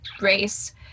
race